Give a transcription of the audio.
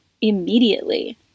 immediately